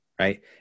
right